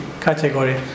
category